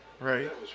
right